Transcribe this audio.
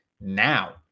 now